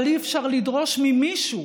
אבל אי-אפשר לדרוש ממישהו